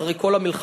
אחרי כל המלחמות,